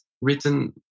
written